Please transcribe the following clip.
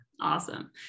Awesome